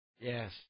Yes